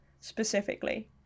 specifically